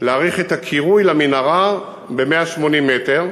להאריך את הקירוי למנהרה ב-180 מטר,